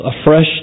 afresh